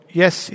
yes